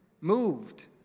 Moved